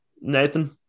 Nathan